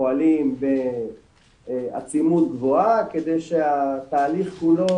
פועלים בעצימות גבוהה כדי שהתהליך כולו